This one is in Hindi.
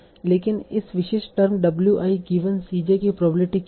लेकिन इस विशेष term w i given c j की प्रोबेबिलिटी क्या है